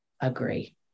Agree